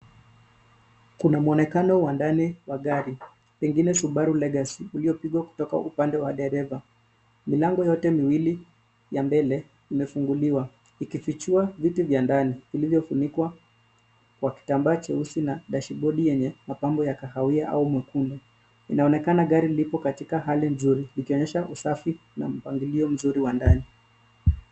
Kuna muonekano wa ndani wa gari pengine Subaru legacy uliopigwa kutoka upande wa dereva .Milango yote miwili ya mbele imefunguliwa ikipichua viti vya ndani vilivyofunikwa kwa kitambaa cheusi na dashibodi yenye mapambo ya kahawia au mwekundu. Inaonekana gari lipo katika hali nzuri ikionyesha usafi na mpangilio mzuri wa ndani.